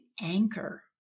anchor